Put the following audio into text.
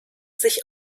sich